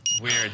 Weird